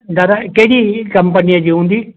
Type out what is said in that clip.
दादा केॾी ई कंपनीअ जी हूंदी